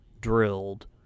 drilled